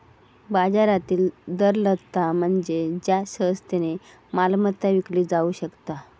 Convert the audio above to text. बाजारातील तरलता म्हणजे ज्या सहजतेन मालमत्ता विकली जाउ शकता